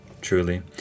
Truly